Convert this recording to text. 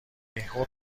بیخود